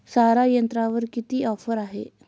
सारा यंत्रावर किती ऑफर आहे?